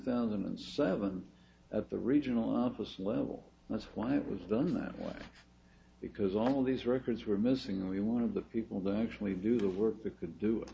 thousand and seven at the regional office level that's why it was done that way because all these records were missing and we want to the people that actually do the work we could do